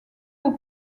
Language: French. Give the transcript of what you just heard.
haut